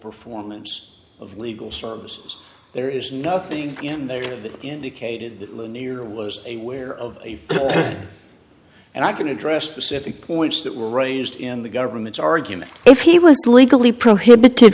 performance of legal services there is nothing in there that indicated that lanier was where of and i can address specific points that were raised in the government's argument if he was legally prohibited